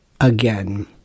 again